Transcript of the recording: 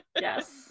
Yes